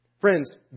Friends